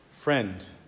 friend